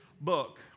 book